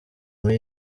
muri